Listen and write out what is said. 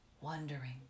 wondering